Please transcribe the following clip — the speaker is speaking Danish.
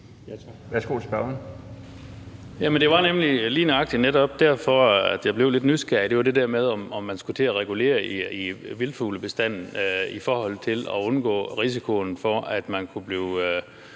Per Larsen (KF): Det var nemlig lige nøjagtig derfor, jeg blev lidt nysgerrig, altså det der med, om man skulle til at regulere i vildtfuglebestanden i forhold til at undgå risikoen for, at fugleinfluenza